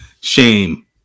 Shame